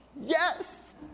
yes